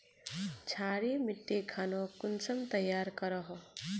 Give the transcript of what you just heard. क्षारी मिट्टी खानोक कुंसम तैयार करोहो?